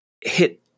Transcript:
hit